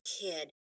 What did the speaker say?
kid